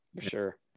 Sure